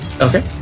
okay